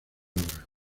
obra